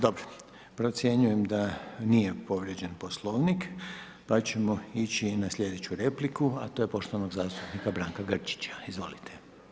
Dobro, procjenjujem da nije povrijeđen Poslovnik, pa ćemo ići na sljedeću repliku, a to je poštovanog zastupnika Branka Grčića, izvolite.